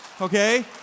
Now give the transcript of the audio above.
okay